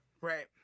Right